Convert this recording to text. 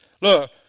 Look